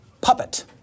puppet